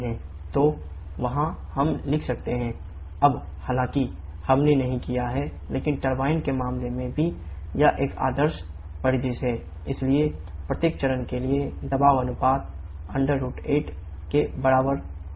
तो वहाँ हम लिख सकते हैं T7T6P7P6k 1k अब हालांकि हमने नहीं किया है लेकिन टरबाइन के मामले में भी यह एक आदर्श परिदृश्य है इसलिए प्रत्येक चरण के लिए दबाव अनुपात √8 के बराबर होना चाहिए